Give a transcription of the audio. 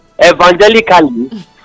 evangelically